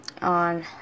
on